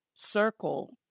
Circle